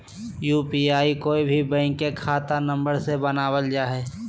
UPI कोय भी bank के खाता नंबर से बनावल जा हइ